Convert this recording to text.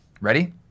Ready